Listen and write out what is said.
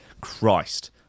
christ